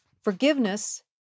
Forgiveness